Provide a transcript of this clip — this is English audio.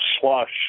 slush